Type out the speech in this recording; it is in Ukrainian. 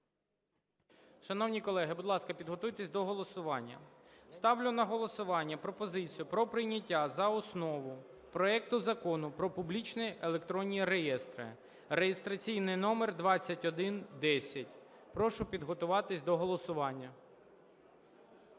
Шановні колеги, будь ласка, підготуйтесь до голосування. Ставлю на голосування пропозицію про прийняття за основу проект Закону про публічні електронні реєстри (реєстраційний номер 2110). Прошу підготуватись до голосування.